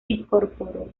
incorporó